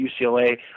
UCLA